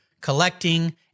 collecting